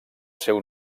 seu